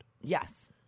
Yes